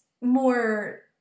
more